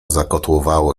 zakotłowało